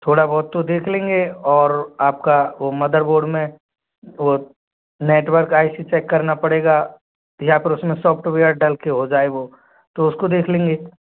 थोड़ा बहुत तो देख लेंगे और आपका वो मदरबोर्ड में और नेटवर्क आई सी चेक करना पड़ेगा या फिर उसमें सॉफ़्टवेयर डलके हो जाए वो तो उसको देख लेंगे